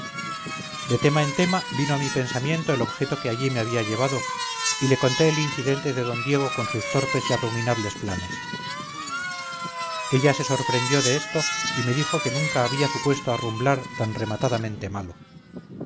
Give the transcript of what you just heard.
de tema en tema vino a mi pensamiento el objeto que allí me había llevado y le conté el incidente de d diego con sus torpes y abominables planes ella se sorprendió de esto y me dijo que nunca había supuesto a rumblar tan rematadamente malo